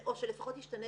או שלפחות ישתנה